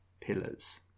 pillars